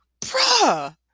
bruh